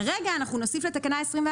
כרגע אנחנו נוסיף לתקנה 21: